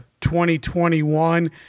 2021